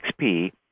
XP